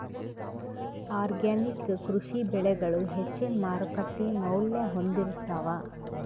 organic ಕೃಷಿ ಬೆಳಿಗಳು ಹೆಚ್ಚಿನ್ ಮಾರುಕಟ್ಟಿ ಮೌಲ್ಯ ಹೊಂದಿರುತ್ತಾವ